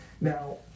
Now